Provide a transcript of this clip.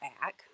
back